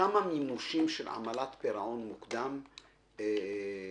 מימושים של עמלת פירעון מוקדם יש,